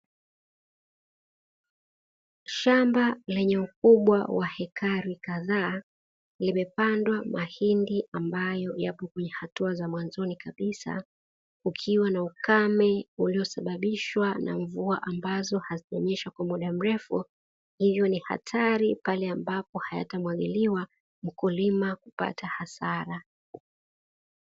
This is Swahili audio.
Shamba lenye ukubwa wa hekali kadhaa limepandwa mahindi, ambayo yapo kwenye hatua za mwanzoni kabisa kukiwa na ukame uliosababishwa na mvua ambazo hazijanyesha kwa muda mrefu hivyo ni hatari pale ambapo hayatamwagiliwa, mkulima kupata hasara.